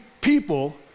people